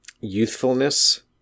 youthfulness